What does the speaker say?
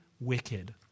wicked